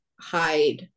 hide